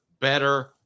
better